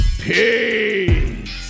Peace